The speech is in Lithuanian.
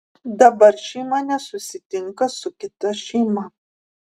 dabar šeima nesusitinka su kita šeima